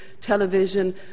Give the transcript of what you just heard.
television